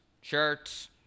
shirts